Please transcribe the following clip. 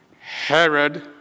Herod